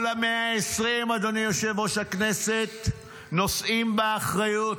כל ה-120, אדוני יושב-ראש הכנסת, נושאים באחריות,